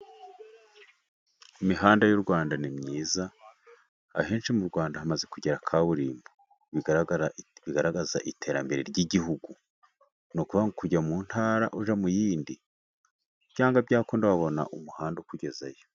Imihanda y'u Rwanda ni myiza ,ahenshi mu Rwanda hamaze kugera kaburimbo bigaragaza iterambere ry'Igihugu, ni ukuvuga ngo kuva mu ntara ujya mu yindi, byanga byakunda wabona umuhanda ukugezayo.